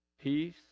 peace